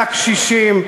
והקשישים,